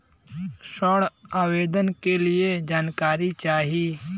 ऋण आवेदन के लिए जानकारी चाही?